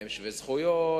הם שווי זכויות,